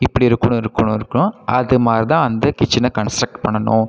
இப்படி இருக்கணும் இருக்கணும் இருக்கணும் அது மாதிரி தான் அந்த கிச்சனை கன்ஸ்ட்ரக்ட் பண்ணணும்